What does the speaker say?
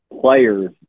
players